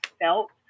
felt